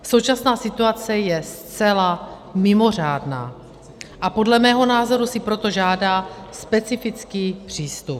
Současná situace je zcela mimořádná a podle mého názoru si proto žádá specifický přístup.